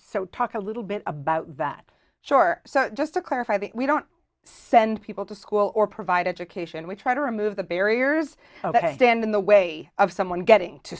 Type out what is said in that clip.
so talk a little bit about that chore so just to clarify that we don't send people to school or provide education we try to remove the barriers that stand in the way of someone getting to